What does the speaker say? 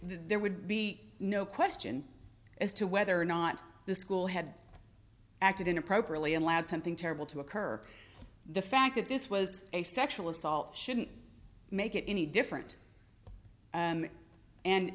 there would be no question as to whether or not the school had acted inappropriately allowed something terrible to occur the fact that this was a sexual assault shouldn't make it any different